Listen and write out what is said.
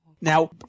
Now